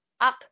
up